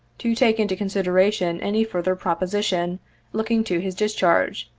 to take into consideration any further proposition looking to his discharge,